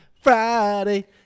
Friday